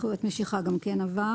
"זכויות משיכה" גם כן עבר.